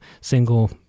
single